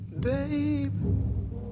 Babe